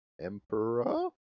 emperor